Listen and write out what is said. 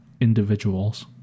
individuals